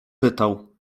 pytał